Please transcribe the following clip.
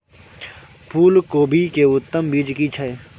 फूलकोबी के उत्तम बीज की छै?